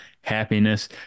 happiness